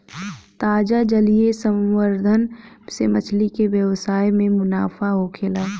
ताजा जलीय संवर्धन से मछली के व्यवसाय में मुनाफा होखेला